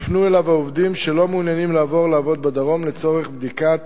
יופנו אליו העובדים שלא מעוניינים לעבור לעבוד בדרום לצורך בדיקת